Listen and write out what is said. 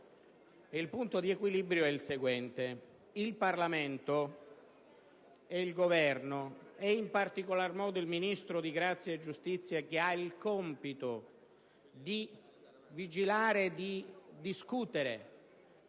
un punto di equilibrio, nel senso che il Parlamento, il Governo ed in particolar modo il Ministro della giustizia, che ha il compito di vigilare e discutere